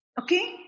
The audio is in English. Okay